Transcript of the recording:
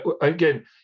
again